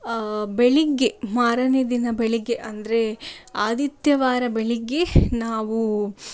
ಬೆಳಗ್ಗೆ ಮಾರನೇ ದಿನ ಬೆಳಗ್ಗೆ ಅಂದರೆ ಆದಿತ್ಯವಾರ ಬೆಳಗ್ಗೆ ನಾವು